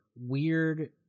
weird